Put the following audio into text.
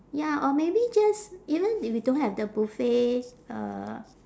ya or maybe just even if you don't have the buffets uh